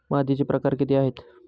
मातीचे प्रकार किती आहेत?